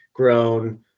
Grown